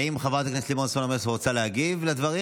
האם חברת הכנסת לימור סון הר מלך רוצה להגיב על הדברים,